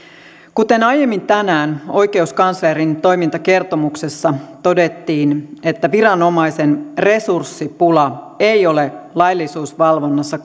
kuten aiemmin tänään oikeuskanslerin toimintakertomuksessa todettiin niin viranomaisen resurssipulaa ei ole laillisuusvalvonnassa